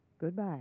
Goodbye